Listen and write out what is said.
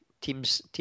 teams